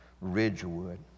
Ridgewood